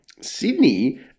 Sydney